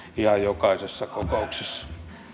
ihan jokaisessa kokouksessa